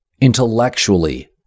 Intellectually